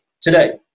today